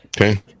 Okay